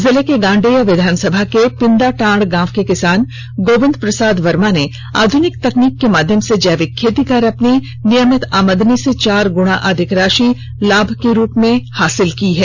जिले के गांडेय विधानसभा के पिंदाटांड गांव के किसान गोविंद प्रसाद वर्मा आधनिक तकनीक के माध्यम से जैविक खेती कर अपनी नियमित आमदनी से चार गुणा अधिक राषि लाम के रूप में हासिल किया है